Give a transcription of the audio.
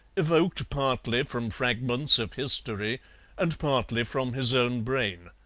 evoked partly from fragments of history and partly from his own brain,